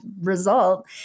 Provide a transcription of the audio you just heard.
result